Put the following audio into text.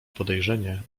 podejrzenie